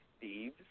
Thieves